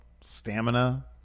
stamina